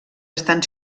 estan